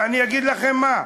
ואגיד לכם מה.